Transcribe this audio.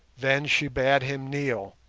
then she bade him kneel,